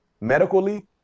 medically